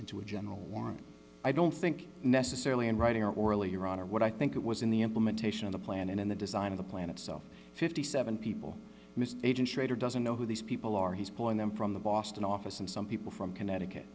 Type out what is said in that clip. into a general warrant i don't think necessarily in writing or orally your honor what i think it was in the implementation of the plan and in the design of the plan itself fifty seven people missed a generator doesn't know who these people are he's pulling them from the boston office and some people from connecticut